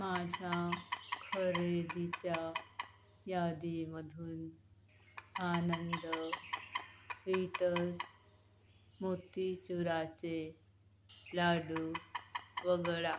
माझ्या खरेदीच्या यादीमधून आनंद स्वीटस मोतीचुराचे लाडू वगळा